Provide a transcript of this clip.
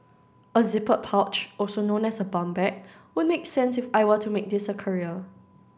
a zippered pouch also known as a bum bag would make sense if I were to make this a career